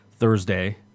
Thursday